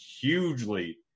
hugely